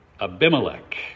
Abimelech